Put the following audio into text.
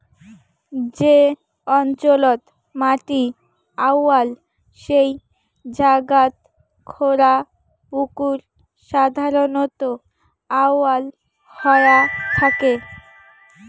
যে অঞ্চলত মাটি আউয়াল সেই জাগাত খোঁড়া পুকুর সাধারণত আউয়াল হয়া থাকে